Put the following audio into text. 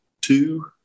two